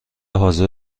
حاضر